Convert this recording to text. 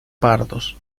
pardos